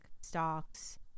stocks